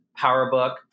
PowerBook